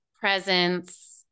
presence